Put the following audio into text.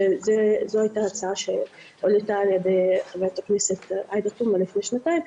זו הייתה הצעה שהועלתה על ידי חברת הכנסת עאידה תומא לפני שנתיים,